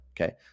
Okay